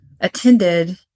attended